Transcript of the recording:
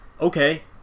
Okay